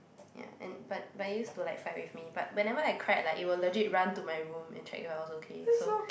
ya and but but it used to like fight with me but whenever I cried like it will legit run to my room and check if I was okay so